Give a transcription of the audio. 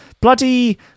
Bloody